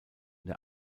der